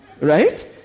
Right